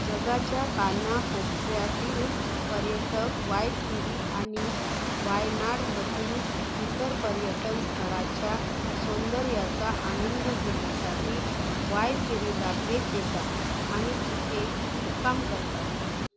जगाच्या कानाकोपऱ्यातील पर्यटक वायथिरी आणि वायनाडमधील इतर पर्यटनस्थळाच्या सौंदर्याचा आनंद घेण्यासाठी वायथिरीला भेट देतात आणि तिथे मुक्काम करतात